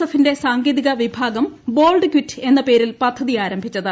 എഫിന്റെ സാങ്കേതിക വിഭാഗം ബോൾഡ് കിറ്റ് എന്ന പേരിൽ പദ്ധതി ആരംഭിച്ചത്